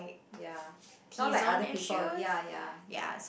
ya not like other people ya ya ya